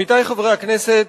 עמיתי חברי הכנסת,